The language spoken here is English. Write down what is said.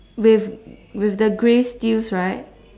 with with the grey steels right